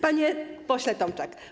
Panie Pośle Tomczak!